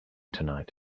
tonight